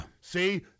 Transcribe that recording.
see